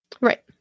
Right